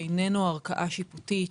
שאיננו ערכאה שיפוטית,